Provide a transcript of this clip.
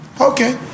Okay